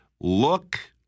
look